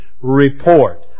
report